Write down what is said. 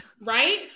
Right